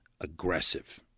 aggressive